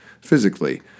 physically